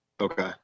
Okay